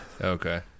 Okay